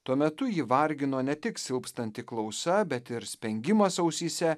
tuo metu jį vargino ne tik silpstanti klausa bet ir spengimas ausyse